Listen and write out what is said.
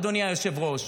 אדוני היושב-ראש?